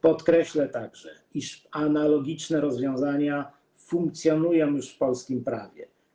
Podkreślę także, iż analogiczne rozwiązania funkcjonują już w polskim prawie.